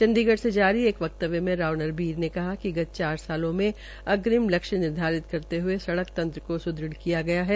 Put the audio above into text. चंडीगढ़ से जारी वक्तव्य में राव नरबीर ने कहा कि गत चार सालों में अग्रिम लक्ष्य निर्धारित करते हये सड़क तंत्र को सुदृड़ किया गया है